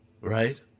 right